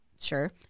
Sure